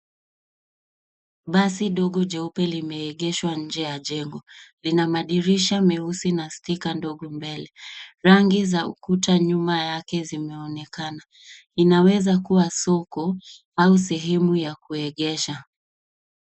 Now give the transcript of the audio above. Basi ndogo jeupe limeegeshwa nje ya jengo, lina madirisha meusi na sticker ndogo mbele. Rangi za ukuta nyuma yake zimeonekana, inaweza kuwa soko au sehemu ya kuegesha.